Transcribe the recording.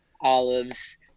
olives